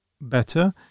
better